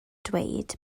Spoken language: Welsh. dweud